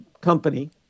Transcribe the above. company